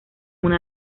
una